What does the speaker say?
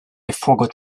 forgot